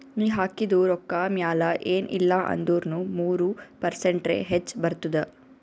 ನೀ ಹಾಕಿದು ರೊಕ್ಕಾ ಮ್ಯಾಲ ಎನ್ ಇಲ್ಲಾ ಅಂದುರ್ನು ಮೂರು ಪರ್ಸೆಂಟ್ರೆ ಹೆಚ್ ಬರ್ತುದ